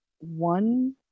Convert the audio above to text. One